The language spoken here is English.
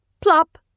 plop